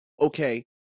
okay